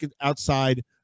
outside